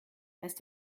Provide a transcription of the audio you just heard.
heißt